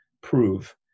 prove